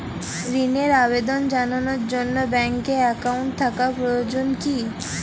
ঋণের আবেদন জানানোর জন্য ব্যাঙ্কে অ্যাকাউন্ট থাকা প্রয়োজন কী?